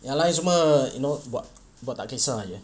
yang lain semua you know buat buat tak kisah saja